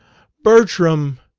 bertram!